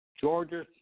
Georgia